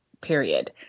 period